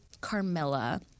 Carmilla